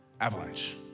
avalanche